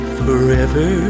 forever